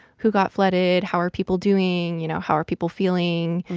who got flooded, how are people doing, you know, how are people feeling,